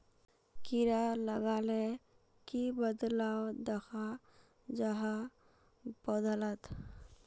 कीड़ा लगाले की बदलाव दखा जहा पौधा लात?